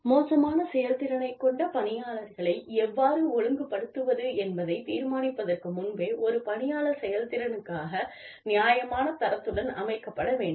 மோசமான செயல்திறனைக் கொண்ட பணியாளர்களை எவ்வாறு ஒழுங்குபடுத்துவது என்பதைத் தீர்மானிப்பதற்கு முன்பே ஒரு பணியாளர் செயல்திறனுக்காக நியாயமான தரத்துடன் அமைக்கப்பட வேண்டும்